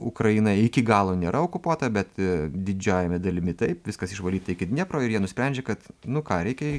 ukraina iki galo nėra okupuota bet didžiąja me dalimi taip viskas išvalyta iki dniepro ir jie nusprendžia kad nu ką reikia